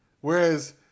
Whereas